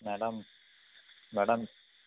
madam madam